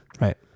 Right